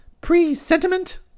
Pre-sentiment